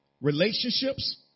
relationships